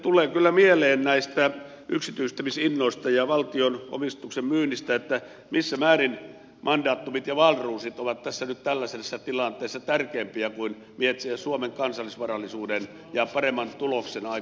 tulee kyllä mieleen näistä yksityistämisinnoista ja valtion omistuksen myynnistä että missä määrin mandatumit ja wahlroosit ovat nyt tällaisessa tilanteessa tärkeämpiä kuin suomen kansallisvarallisuuden ja paremman tuloksen aikaansaamisen miettiminen